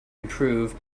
improve